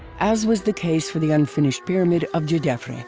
as was the case for the unfinished pyramid of djedefre.